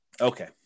Okay